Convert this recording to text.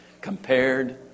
compared